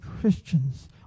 Christians